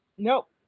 Nope